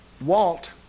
Walt